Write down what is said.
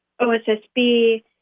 OSSB